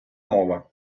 мова